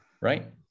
Right